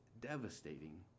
devastating